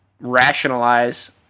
rationalize